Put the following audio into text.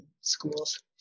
schools